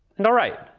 and all right,